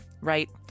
Right